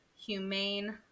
humane